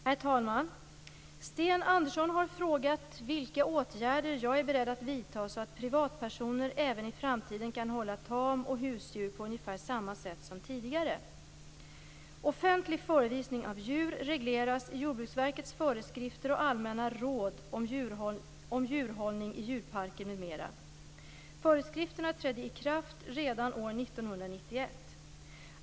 Herr talman! Sten Andersson har frågat vilka åtgärder jag är beredd att vidta så att privatpersoner även i framtiden kan hålla tam och husdjur på ungefär samma sätt som tidigare. om djurhållning i djurparker m.m. Föreskrifterna trädde i kraft redan år 1991.